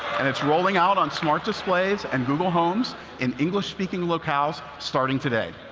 and it's rolling out on smart displays and google homes in english-speaking locales starting today.